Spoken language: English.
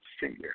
senior